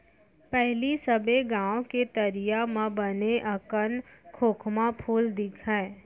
पहिली सबे गॉंव के तरिया म बने अकन खोखमा फूल दिखय